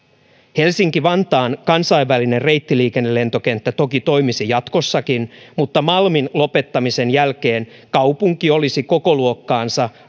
helsinki vantaan kansainvälinen reittiliikennelentokenttä toki toimisi jatkossakin mutta malmin lopettamisen jälkeen kaupunki olisi kokoluokkansa